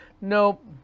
Nope